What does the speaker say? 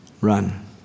Run